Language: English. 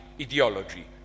ideology